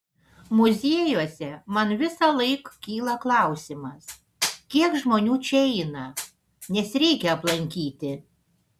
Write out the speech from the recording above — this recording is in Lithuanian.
muziejuose man visąlaik kyla klausimas kiek žmonių čia eina nes reikia aplankyti